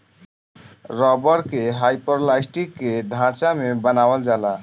rubber के hyperelastic के ढांचा में बनावल जाला